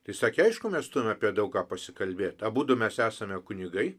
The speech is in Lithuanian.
tai sakė aišku mes turim apie daug ką pasikalbėt abudu mes esame kunigai